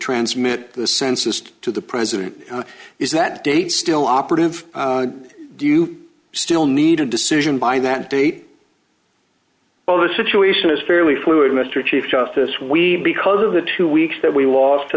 transmit the census to the president is that date still operative do you still need a decision by that date on the situation is fairly fluid mister chief justice we because of the two weeks that we lost to